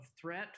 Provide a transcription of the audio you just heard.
threat